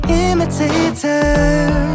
imitator